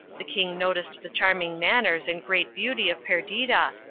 the king noticed the charming man ners and great beauty of perdita,